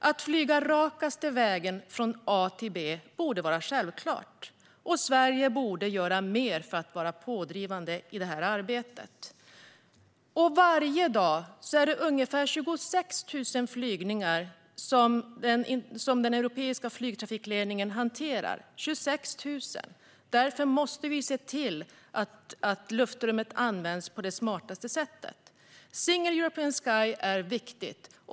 Att flyga rakaste vägen från A till B borde vara självklart, och Sverige borde göra mer för att vara pådrivande i detta arbete. Varje dag hanterar den europeiska flygtrafikledningen ungefär 26 000 flygningar. Därför måste vi se till att luftrummet används på det smartaste sättet. Single European Sky är viktigt.